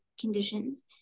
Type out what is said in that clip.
conditions